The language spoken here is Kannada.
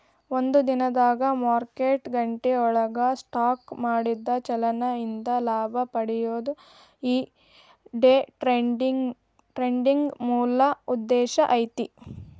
ಒಂದ ದಿನದಾಗ್ ಮಾರ್ಕೆಟ್ ಗಂಟೆಯೊಳಗ ಸ್ಟಾಕ್ ಮಾಡಿದ ಚಲನೆ ಇಂದ ಲಾಭ ಪಡೆಯೊದು ಈ ಡೆ ಟ್ರೆಡಿಂಗಿನ್ ಮೂಲ ಉದ್ದೇಶ ಐತಿ